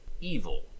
Evil